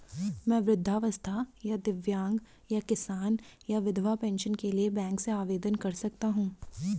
मैं वृद्धावस्था या दिव्यांग या किसान या विधवा पेंशन के लिए बैंक से आवेदन कर सकता हूँ?